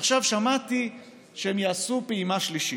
ועכשיו שמעתי שהם יעשו פעימה שלישית.